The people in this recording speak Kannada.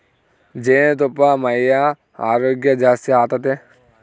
ಜೇನುತುಪ್ಪಾ ಮೈಯ ಆರೋಗ್ಯ ಜಾಸ್ತಿ ಆತತೆ